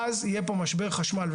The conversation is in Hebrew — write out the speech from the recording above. אז יהיה פה משבר חשמל.